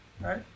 right